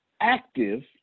active